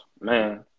Man